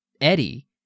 Eddie